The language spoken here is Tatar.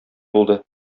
булды